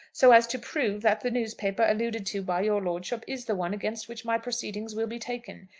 so as to prove that the newspaper alluded to by your lordship is the one against which my proceedings will be taken.